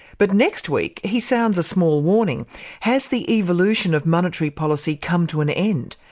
but next week, he sounds a small warning has the evolution of monetary policy come to an end?